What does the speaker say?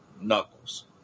knuckles